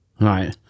Right